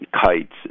kites